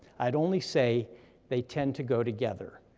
i'd only say they tend to go together,